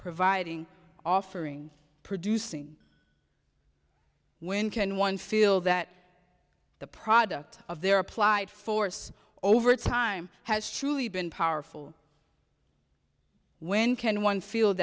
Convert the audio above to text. providing offering producing when can one feel that the product of their applied force over time has truly been powerful when can one feel